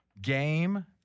game